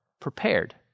prepared